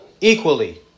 equally